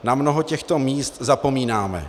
Na mnoho těchto míst zapomínáme.